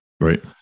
Right